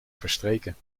verstreken